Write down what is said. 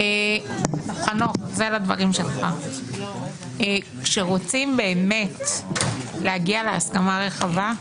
חנוך, כשרוצים באמת להגיע להסכמה רחבה,